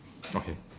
okay